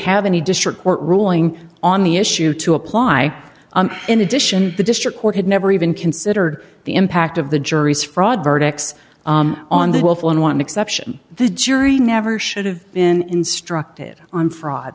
have any district court ruling on the issue to apply in addition the district court had never even considered the impact of the jury's fraud verdicts on the willful and wanton exception the jury never should have been instructed on fraud